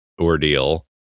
ordeal